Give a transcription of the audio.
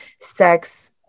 sex